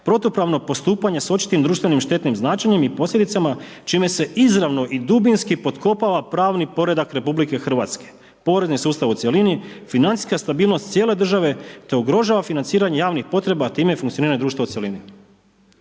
protupravno postupanje s očitim društvenim štetnim značenjem i posljedicama čime se izravno i dubinski potkopava pravni poredak RH, porezni sustav u cjelini, financijska stabilnost cijele države te ugrožava financiranje javnih potreba, a time i funkcioniranje društva u cjelini.